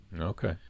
okay